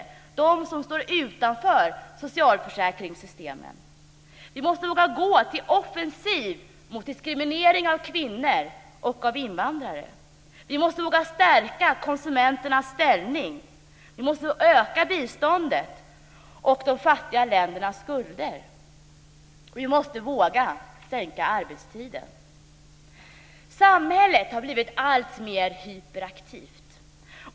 Det gäller dem som står utanför socialförsäkringssystemen. Vi måste våga gå till offensiv mot diskriminering av kvinnor och av invandrare. Vi måste våga stärka konsumenternas ställning. Vi måste öka biståndet och minska de fattiga ländernas skulder. Vi måste våga sänka arbetstiden. Samhället har blivit alltmer hyperaktivt.